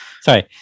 Sorry